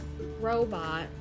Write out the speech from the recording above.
robot